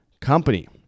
company